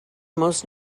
most